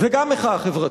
וגם מחאה חברתית.